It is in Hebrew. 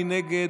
מי נגד?